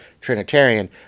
trinitarian